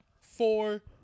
four